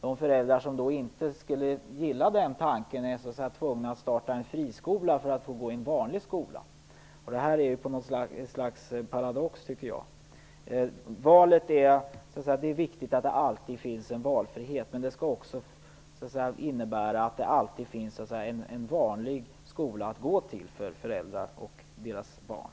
De föräldrar som inte gillar den tanken blir då tvungna att starta en friskola för att barnen skall få gå i en vanlig skola. Det blir något slags paradox, tycker jag. Det är viktigt att det alltid finns en valfrihet. Men det måste också alltid finnas en vanlig skola att gå till för föräldrar och deras barn.